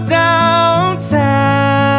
downtown